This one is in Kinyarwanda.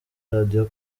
radio